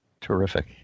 Terrific